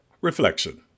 Reflection